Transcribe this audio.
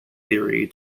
theory